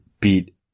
beat